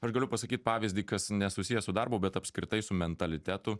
aš galiu pasakyt pavyzdį kas nesusiję su darbu bet apskritai su mentalitetu